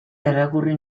irakurri